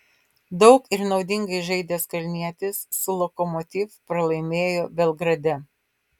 daug ir naudingai žaidęs kalnietis su lokomotiv pralaimėjo belgrade